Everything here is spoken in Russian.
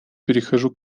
перехожу